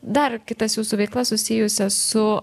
dar kitas jūsų veiklas susijusias su